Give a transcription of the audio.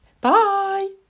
bye